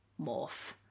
morph